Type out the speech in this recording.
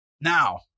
now